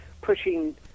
pushing